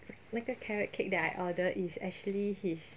那个 carrot cake that I order is actually his